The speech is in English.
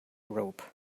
rope